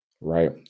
right